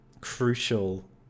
crucial